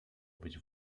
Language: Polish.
być